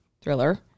thriller